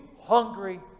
hungry